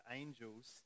angels